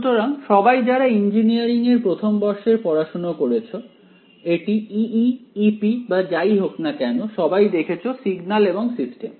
সুতরাং সবাই যারা ইঞ্জিনিয়ারিং এর প্রথম বর্ষের পড়াশোনা করেছ এটি EE EP বা যাই হোক না কেন সবাই দেখেছো সিগন্যাল এবং সিস্টেম